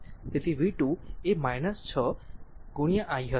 તેથી v 2 એ 6 i હશે